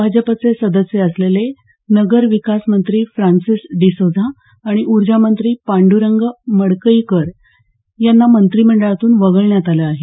भाजपचे सदस्य असलेले नगर विकास मंत्री फ्रान्सिस डीसोझा आणि ऊर्जामंत्री पांडरंग मडकईकर यांना मंत्रिमंडळातून वगळण्यात आलं आहे